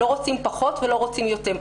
לא רוצים פחות ולא רוצים יותר.